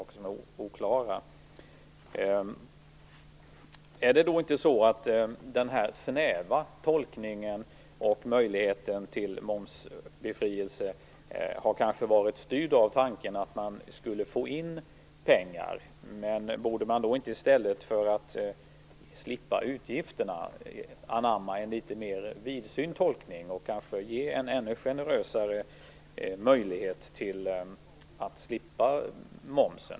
Är det inte så att den snäva tolkningen och möjligheten till momsbefrielse har varit styrd av tanken att man skulle få in pengar? Borde man inte i stället för att slippa utgifterna anamma en mer vidsynt tolkning och kanske ge en ännu generösare möjlighet till att bli befriad från moms?